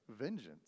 vengeance